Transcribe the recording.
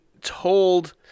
told